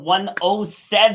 107